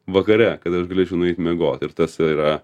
vakare kad aš galėčiau nueit miegot ir tas ir yra